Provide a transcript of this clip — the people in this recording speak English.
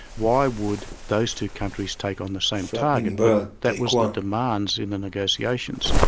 why would those two countries take on the same target? but that was the demands in the negotiations.